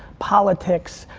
politics,